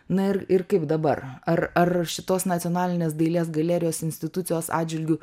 na ir ir kaip dabar ar ar šitos nacionalinės dailės galerijos institucijos atžvilgiu